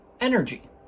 energy